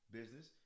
business